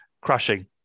crushing